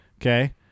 Okay